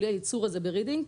בלי הייצור הזה ברידינג,